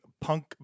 punk